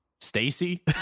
Stacy